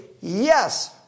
yes